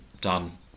done